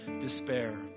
despair